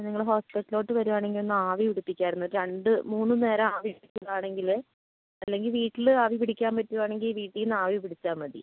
നിങ്ങൾ ഹോസ്പിറ്റലിലോട്ട് വരുവാണെങ്കിൽ ഒന്ന് ആവി പിടിപ്പിക്കാമായിരുന്നു ഒരു രണ്ട് മൂന്ന് നേരം ആവി പിടിക്കുവാണെങ്കിൽ അല്ലെങ്കിൽ വീട്ടിൽ ആവി പിടിക്കാൻ പറ്റുവാണെങ്കിൽ വീട്ടിൽ നിന്ന് ആവി പിടിച്ചാൽ മതി